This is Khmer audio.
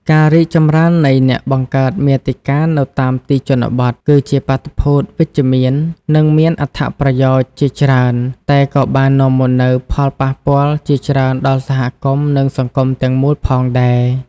ការរីកចម្រើននៃអ្នកបង្កើតមាតិកានៅតាមទីជនបទ គឺជាបាតុភូតវិជ្ជមាន និងមានអត្ថប្រយោជន៍ជាច្រើន តែក៏បាននាំមកនូវផលប៉ះពាល់ ជាច្រើនដល់សហគមន៍ និងសង្គមទាំងមូលផងដែរ។